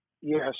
Yes